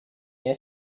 then